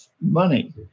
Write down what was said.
money